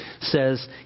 says